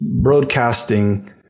broadcasting